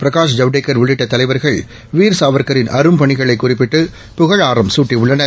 பிரகாஷ் ஜவ்டேகா் உள்ளிட்ட தலைவா்கள் வீர் சாவா்க்கின் அரும்பணிகளை குறிப்பிட்டு புகழாராம் சூட்டியுள்ளனர்